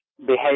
behave